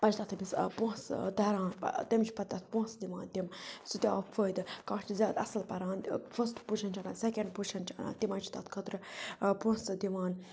پَتہٕ چھِ تَتھ تٔمِس پونٛسہٕ تَران تٔمِس چھِ پَتہٕ تَتھ پونٛسہٕ دِوان تِم سٹاف فٲیدٕ کانٛہہ چھُ زیادٕ اَصٕل پَران فٔسٹ پُزشَن چھِ اَنان سٮ۪کَنٛڈ پُزِشَن چھِ اَنان تِمَن چھِ تَتھ خٲطرٕ پونٛسہٕ دِوان